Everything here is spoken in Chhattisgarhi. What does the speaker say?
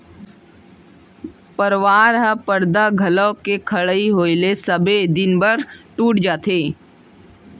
परवार ह परदा घलौ के खड़इ होय ले सबे दिन बर टूट जाथे